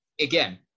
again